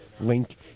link